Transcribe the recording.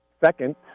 Second